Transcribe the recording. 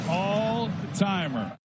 all-timer